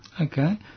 Okay